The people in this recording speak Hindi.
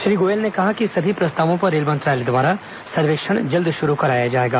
श्री गोयल ने कहा कि सभी प्रस्तावों पर रेल मंत्रालय द्वारा सर्वेक्षण जल्द शुरू कराया जाएगा